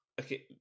okay